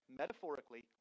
metaphorically